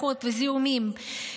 דלקות וזיהומים,